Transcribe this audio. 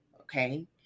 Okay